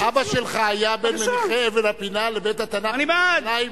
אבא שלך היה בין מניחי אבן הפינה לבית-התנ"ך בירושלים.